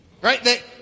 Right